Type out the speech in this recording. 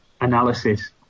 analysis